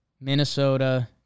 Minnesota